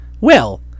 Well